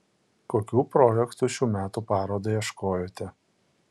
kokių projektų šių metų parodai ieškojote